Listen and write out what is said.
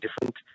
different